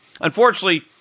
Unfortunately